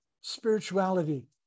spirituality